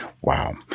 Wow